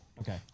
Okay